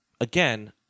again